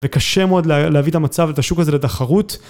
וקשה מאוד להביא את המצב, את השוק הזה לתחרות.